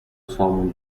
سامون